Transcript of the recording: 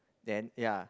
then ya